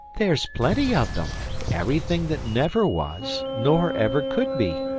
there's plenty of them everything that never was nor ever could be.